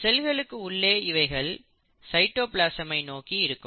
செல்களுக்கு உள்ளே இவைகள் சைட்டோபிளாசமை நோக்கி இருக்கும்